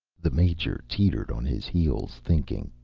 the major teetered on his heels, thinking.